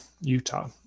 Utah